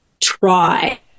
try